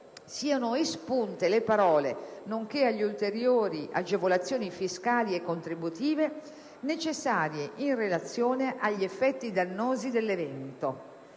siano espunte le parole: ", nonché alle ulteriori agevolazioni fiscali e contributive necessarie in relazione agli effetti dannosi dell'evento".